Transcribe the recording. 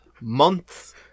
month